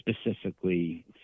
specifically